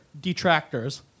detractors